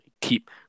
keep